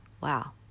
wow